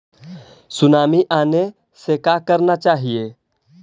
Tsunami आने से का करना चाहिए?